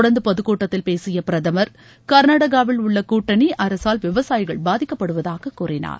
தொடர்ந்து பொதுக்கூட்டத்தில் பேசிய பிரதமர் கள்நாடகாவில் உள்ள கூட்டணி அரசால் விவசாயிகள் பாதிக்கப்படுவதாக கூறினார்